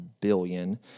billion